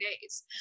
days